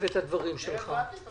את הדברים שלך.